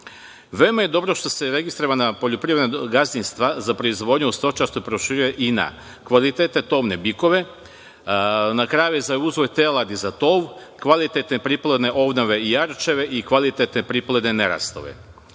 Veoma je dobro što se registrovana poljoprivreda gazdinstva za proizvodnju u stočarstvu proširuje i na kvalitetne tovne bikove, na krave i uzgoj teladi za tov, kvalitetne priplodne ovnove i jarčeve i kvalitetne priplodne nerastove. Ovim